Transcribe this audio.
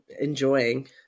enjoying